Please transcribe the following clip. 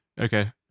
Okay